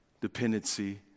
dependency